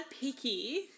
picky